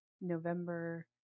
November